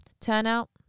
Turnout